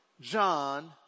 John